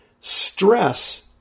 stress